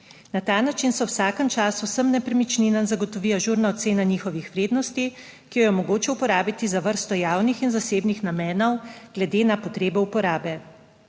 Na ta način se v vsakem času vsem nepremičninam zagotovi ažurna ocena njihovih vrednosti, ki jo je mogoče uporabiti za vrsto javnih in zasebnih namenov glede na potrebe uporabe.